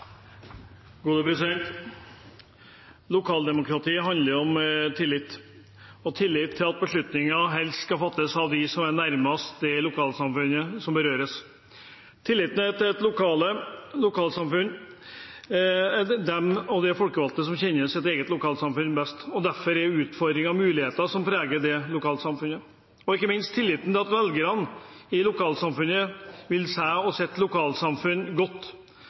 handler om tillit – tillitt til at beslutninger helst skal fattes av dem som er nærmest det lokalsamfunnet som berøres, tillit til at lokale folkevalgte kjenner sitt eget lokalsamfunn og de utfordringene og mulighetene som preger det lokalsamfunnet, og, ikke minst, tillit til at velgerne i lokalsamfunnet vil seg og sitt lokalsamfunn godt,